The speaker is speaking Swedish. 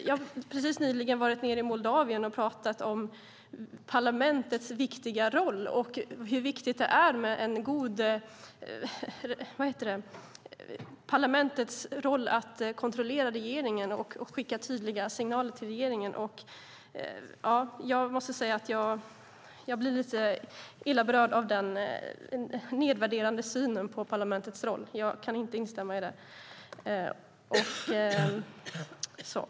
Jag har nyligen varit nere i Moldavien och pratat om parlamentets viktiga roll och hur viktigt det är med parlamentets roll när det gäller att kontrollera regeringen och skicka tydliga signaler till regeringen. Jag måste säga att jag blir lite illa berörd av den nedvärderande synen på parlamentets roll. Jag kan inte instämma i detta.